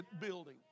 building